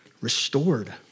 restored